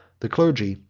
the clergy,